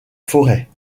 forêt